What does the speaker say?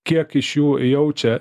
kiek iš jų jaučia